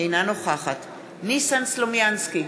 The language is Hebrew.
אינה נוכחת ניסן סלומינסקי,